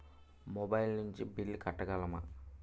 Mobile నుంచి bill కట్టగలమ?